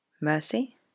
mercy